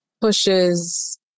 pushes